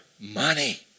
money